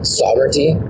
sovereignty